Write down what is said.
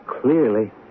clearly